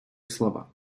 слова